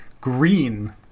Green